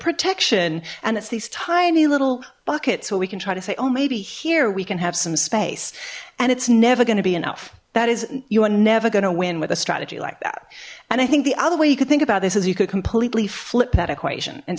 protection and it's these tiny little buckets where we can try to say oh maybe here we can have some space and it's never gonna be enough that is you are never gonna win with a strategy like that and i think the other way you could think about this is you could completely flip that equation and